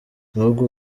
nubwo